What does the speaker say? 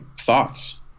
thoughts